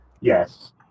Yes